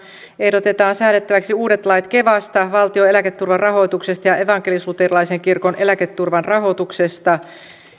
ehdotetaan säädettäväksi uudet lait kevasta valtion eläketurvan rahoituksesta ja evankelisluterilaisen kirkon eläketurvan rahoituksesta